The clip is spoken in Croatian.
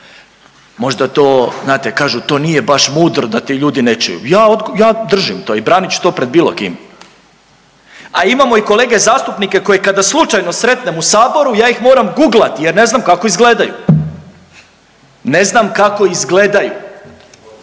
Možda to, znate kažu to nije baš mudro da te ljudi ne čuju. Ja odgo…, ja držim to i branit ću to pred bilo kim. A imamo i kolege zastupnike koje kada slučajno sretnem u saboru ja ih moram guglat jer ne znam kako izgledaju, ne znam kako izgledaju,